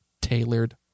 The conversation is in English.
tailored